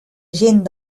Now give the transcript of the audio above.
gent